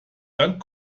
dank